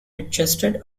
adjusted